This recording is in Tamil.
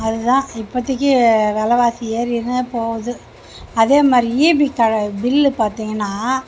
அதுதான் இப்போத்திக்கி விலைவாசி ஏறிகினே போகுது அதே மாதிரி ஈபி பில்லு பார்த்தீங்னா